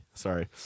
Sorry